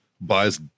buys